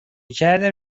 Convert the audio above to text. کردم